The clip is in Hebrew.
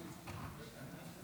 כבוד היושב-ראש,